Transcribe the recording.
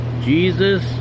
Jesus